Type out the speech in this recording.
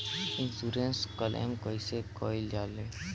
Insurance claim कइसे कइल जा ले?